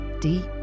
deep